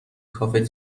کافه